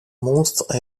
monstre